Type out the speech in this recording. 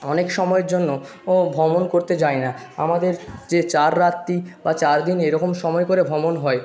অনেক সময়ের জন্য ও ভ্রমণ করতে যাই না আমাদের যে চার রাত্রি বা চার দিন এরকম সময় করে ভমণ হয়